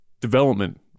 development